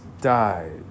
died